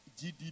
GDP